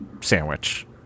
sandwich